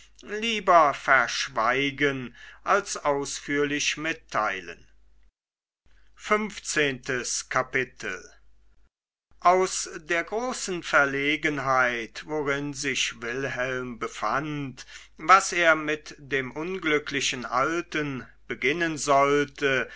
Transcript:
lieber verschweigen als ausführlich mitteilen funfzehntes kapitel aus der großen verlegenheit worin sich wilhelm befand was er mit dem unglücklichen alten beginnen sollte